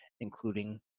including